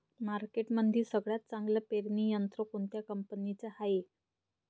मार्केटमंदी सगळ्यात चांगलं पेरणी यंत्र कोनत्या कंपनीचं हाये?